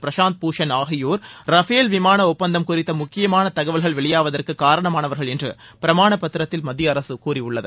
பிரசாந்த் பூஷண் ஆகியோர் ரஃபேல் விமானம் ஒப்பந்தம் குறித்த முக்கியமான தகவல்கள் வெளியாவதற்கு காரணமானவர்கள் என்றும் பிரமாண பத்திரத்தில் மத்திய அரசு கூறியுள்ளது